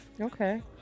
Okay